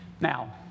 Now